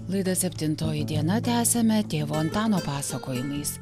laidą septintoji diena tęsiame tėvo antano pasakojimais